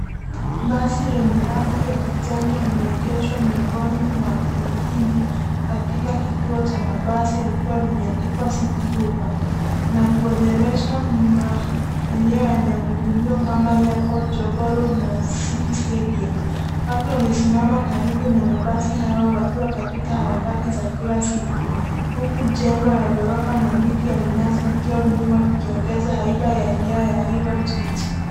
Basi lenye rangi ya kijani limeegeshwa miongoni mwa mengine katika kituo cha mabasi likiwa limeandikwa City Hoppa na kuorodhesha maeneo yanayohudumiwa kama Airport, Jogoo road na City stadium. Watu wamesimama karibu na mabasi haya wakiwa katika harakati za kila siku huku jengo la ghorofa na miti ya minazi vikiwa nyuma vikiongeza haina ya eneo la hilo jiji.